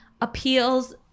appeals